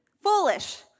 Foolish